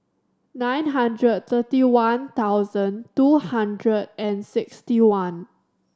nine hundred thirty one thousand two hundred and sixty one